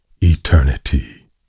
Eternity